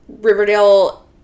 Riverdale